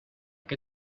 que